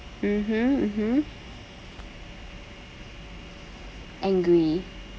mmhmm mmhmm angry